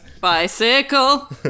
Bicycle